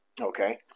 Okay